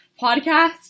podcast